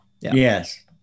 Yes